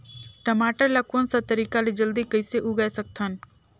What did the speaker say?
टमाटर ला कोन सा तरीका ले जल्दी कइसे उगाय सकथन?